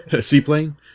seaplane